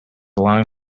long